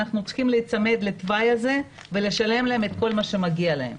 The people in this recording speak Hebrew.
אנחנו צריכים להיצמד לתוואי הזה ולשלם להם את כל מה שמגיע להם.